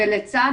איתי,